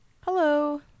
Hello